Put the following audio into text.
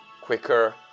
quicker